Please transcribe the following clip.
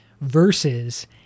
versus